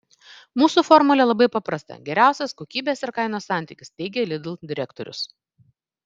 mūsų formulė labai paprasta geriausias kokybės ir kainos santykis teigė lidl direktorius